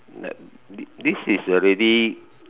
the this is already